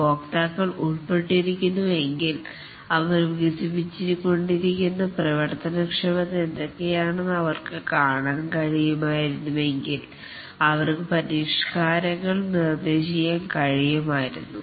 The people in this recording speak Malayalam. ഉപയോക്താക്കൾ ഉൾപ്പെട്ടിരിക്കുന്നു എങ്കിൽ അവർ വികസിപ്പിച്ചു കൊണ്ടിരിക്കുന്ന പ്രവർത്തനക്ഷമത എന്തൊക്കെയാണെന്ന് അവർക്ക് കാണാൻ കഴിയുമായിരുന്നു എങ്കിൽ അവർക്ക് പരിഷ്കാരങ്ങൾ നിർദേശിക്കാൻ കഴിയുമായിരുന്നു